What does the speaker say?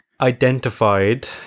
identified